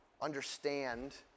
understand